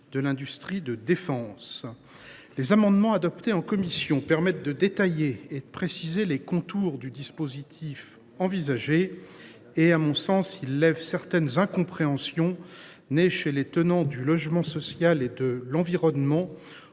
de l’industrie de défense. Les amendements adoptés en commission visent à détailler et à préciser les contours du dispositif envisagé. Leurs dispositions lèvent à mon sens certaines incompréhensions nées chez les tenants du logement social et de l’environnement,